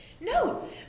No